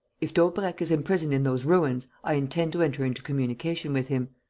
if daubrecq is imprisoned in those ruins, i intend to enter into communication with him.